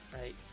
Right